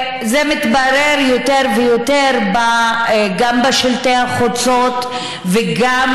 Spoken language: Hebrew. זה מתברר יותר ויותר גם בשלטי החוצות וגם